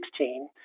2016